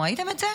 ראיתם את זה?